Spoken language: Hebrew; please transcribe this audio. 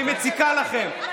והיא מציקה לכם,